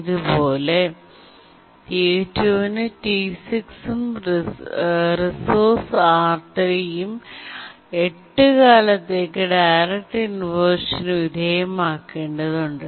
അതുപോലെ T2ന് T6 ഉം റിസോഴ്സ് R3 ഉം 8 കാലത്തേക്ക് ഡയറക്റ്റ് ഇൻവെർഷൻ നു വിധേയമാക്കേണ്ടതുണ്ട്